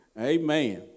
Amen